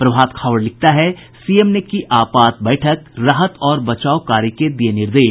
प्रभात खबर लिखता है सीएम ने की आपात बैठक राहत और बचाव कार्य के दिये निर्देश